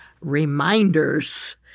reminders